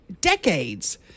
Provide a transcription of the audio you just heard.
decades